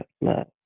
love